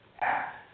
act